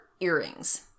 earrings